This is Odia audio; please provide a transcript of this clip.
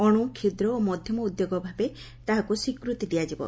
ଅଣୁ କ୍ଷୁଦ୍ର ଓ ମଧ୍ଧମ ଉଦ୍ୟୋଗ ଭାବେ ତାହାକୁ ସ୍ୱୀକୃତି ଦିଆଯିବ